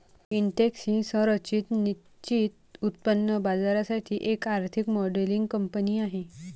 Intex ही संरचित निश्चित उत्पन्न बाजारासाठी एक आर्थिक मॉडेलिंग कंपनी आहे